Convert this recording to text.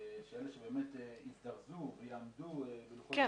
שאלה שבאמת יזדרזו ויעמדו בלוחות הזמנים --- כן,